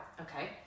okay